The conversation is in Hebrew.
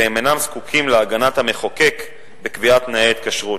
והם אינם זקוקים להגנת המחוקק בקביעת תנאי ההתקשרות.